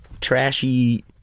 trashy